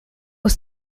was